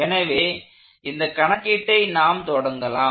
எனவே இந்த கணக்கீட்டை நாம் தொடங்கலாம்